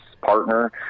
partner